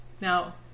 Now